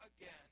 again